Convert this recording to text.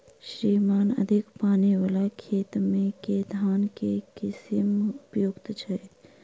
श्रीमान अधिक पानि वला खेत मे केँ धान केँ किसिम उपयुक्त छैय?